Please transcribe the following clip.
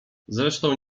zresztą